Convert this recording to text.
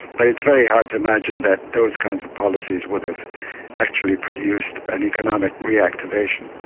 but it's very hard to imagine that those kinds of policies would have actually produced an economic reactivation.